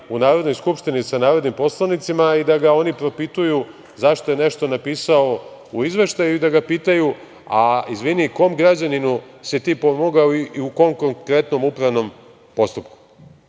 u Narodnoj skupštini sa narodnim poslanicima i da ga oni propituju zašto je nešto napisao u izveštaju i da ga pitaju – a izvini, kom građaninu si ti pomogao i u kom konkretnom upravnom postupku? Čitao